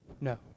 No